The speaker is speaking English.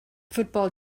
football